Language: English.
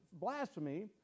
blasphemy